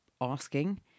asking